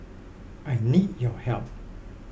I need your help